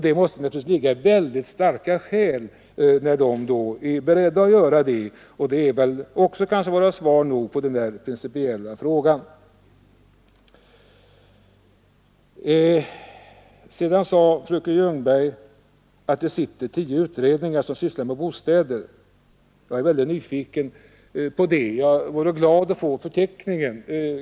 Det måste naturligtvis ligga väldigt starka skäl bakom när de då är beredda att göra sådana här ställningstaganden, och det kan väl vara svar nog på den principiella frågan. Fröken Ljungberg sade att det pågår tio utredningar som sysslar med bostäder. Jag är mycket nyfiken på detta, och jag vore glad för att få förteckningen över utredningarna.